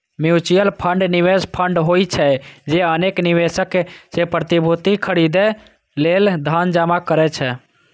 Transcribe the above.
mutual fund निवेश fund होइ छै, जे अनेक निवेशक सं प्रतिभूति खरीदै लेल धन जमा करै छै